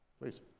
Please